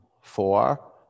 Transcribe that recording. Four